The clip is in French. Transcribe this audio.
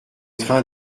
train